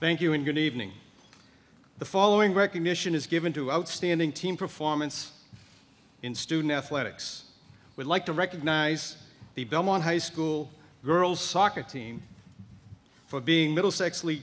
thank you and going to evening the following recognition is given to outstanding team performance in student athletics would like to recognize the belmont high school girls soccer team for being middlesex